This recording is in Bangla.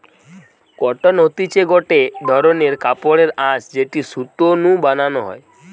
কটন হতিছে গটে ধরণের কাপড়ের আঁশ যেটি সুতো নু বানানো হয়